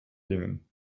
dingen